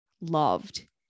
loved